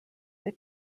they